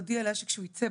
הוא הודיע לה שכשהוא יצא,